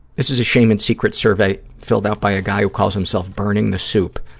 this is a shame and secrets survey filled out by a guy who called himself burning the soup.